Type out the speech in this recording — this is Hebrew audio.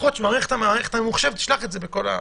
לפחות שהמערכת הממוחשבת תשלח את זה בכל האפשרויות.